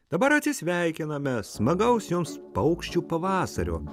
dabar atsisveikiname smagaus jums paukščių pavasario